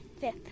Fifth